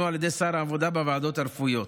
על ידי שר העבודה בוועדות הרפואיות.